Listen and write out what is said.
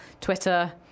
Twitter